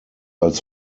als